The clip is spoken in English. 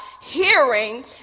hearing